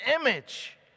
image